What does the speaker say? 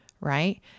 Right